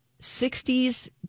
60s